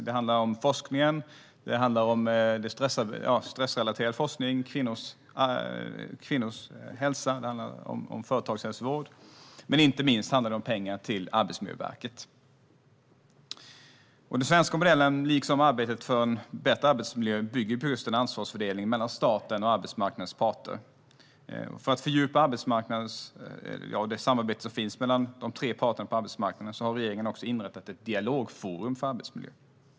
Det handlar om forskningen, stressrelaterad forskning, kvinnors hälsa och företagshälsovård. Men inte minst handlar det om pengar till Arbetsmiljöverket. Den svenska modellen bygger liksom arbetet för en bättre arbetsmiljö på just en ansvarsfördelning mellan staten och arbetsmarknadens parter. För att fördjupa det samarbete som finns mellan de tre parterna på arbetsmarknaden har regeringen inrättat ett dialogforum för arbetsmiljön.